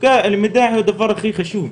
התשוקה למידע היא הדבר הכי חשוב,